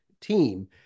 team